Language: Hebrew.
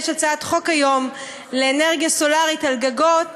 יש היום הצעת חוק לייצור אנרגיה סולרית על גגות,